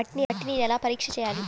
మట్టిని ఎలా పరీక్ష చేయాలి?